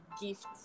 gift